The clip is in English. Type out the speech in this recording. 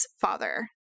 father